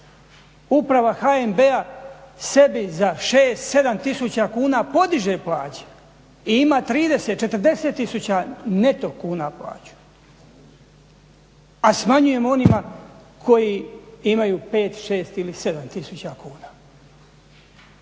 Uprava HNB-a sebi za 6, 7 tisuća kuna podiže plaće i ima 30, 40 tisuća neto kuna plaću. A smanjujemo onima koji imaju 5, 6 ili 7 tisuća kuna.